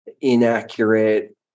inaccurate